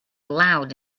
loud